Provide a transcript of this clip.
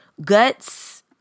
Guts